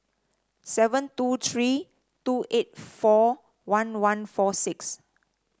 seven two three two eight four one one four six